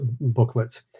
booklets